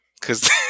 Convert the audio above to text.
cause